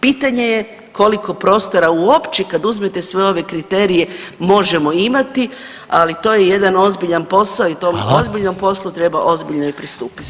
Pitanje je koliko prostora uopće, kad uzmete sve ove kriterije možemo imati, ali to je jedan ozbiljan posao i to ozbiljnom poslu treba ozbiljno i pristupiti.